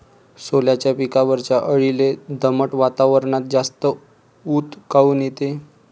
सोल्याच्या पिकावरच्या अळीले दमट वातावरनात जास्त ऊत काऊन येते?